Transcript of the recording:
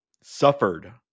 suffered